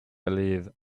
believe